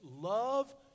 Love